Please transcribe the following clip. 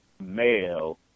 male